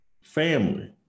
family